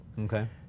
Okay